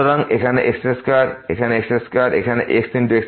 সুতরাং এখানে x2 এখানে x2 এখানে x x2